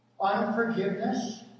unforgiveness